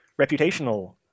reputational